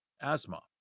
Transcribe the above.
asthma